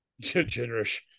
generous